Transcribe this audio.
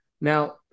Now